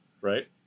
right